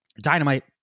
Dynamite